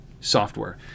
software